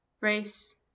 race